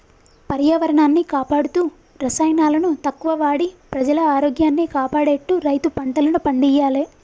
పర్యావరణాన్ని కాపాడుతూ రసాయనాలను తక్కువ వాడి ప్రజల ఆరోగ్యాన్ని కాపాడేట్టు రైతు పంటలను పండియ్యాలే